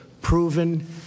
proven